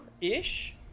ish